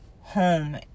home